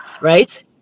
right